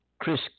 Chris